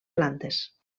plantes